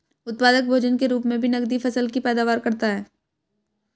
उत्पादक भोजन के रूप मे भी नकदी फसल की पैदावार करता है